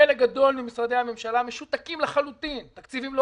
חלק גדול ממשרדי הממשלה משותקים לחלוטין תקציבים לא